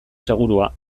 segurua